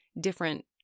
different